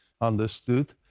understood